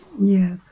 Yes